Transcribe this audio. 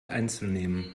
einzunehmen